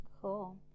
Cool